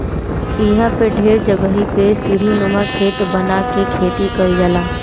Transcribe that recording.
इहां पे ढेर जगही पे सीढ़ीनुमा खेत बना के खेती कईल जाला